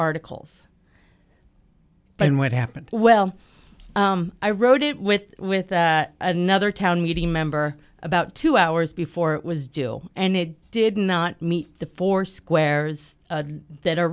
articles and what happened well i wrote it with with another town meeting member about two hours before it was due and it did not meet the four squares that are